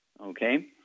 Okay